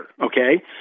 okay